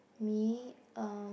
me um